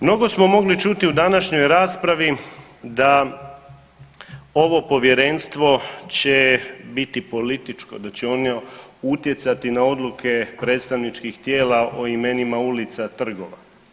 Mnogo smo mogli čuti u današnjoj raspravi da ovo povjerenstvo će biti političko da će ono utjecati na odluke predstavničkih tijela o imenima ulica, trgova.